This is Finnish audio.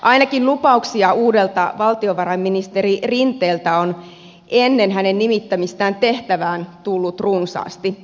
ainakin lupauksia uudelta valtiovarainministeri rinteeltä on ennen hänen nimittämistään tehtävään tullut runsaasti